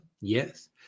Yes